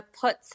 put